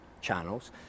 channels